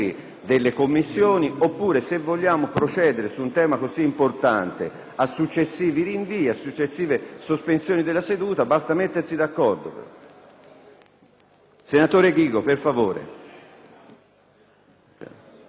delle Commissioni oppure, se vogliamo procedere su un tema così importante a successivi rinvii e a successive sospensioni della seduta, basta mettersi d'accordo.